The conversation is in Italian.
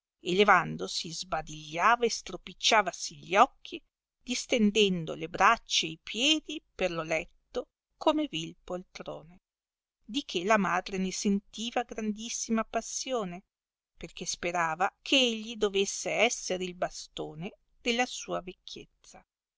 e levandosi sbadigliava e stropicciavasi gli occhi distendendo le braccie e i piedi per lo letta come vii poltrone di che la madre ne sentiva grandissima passione perchè sperava che egli dovesse esser il bastone della sua vecchiezza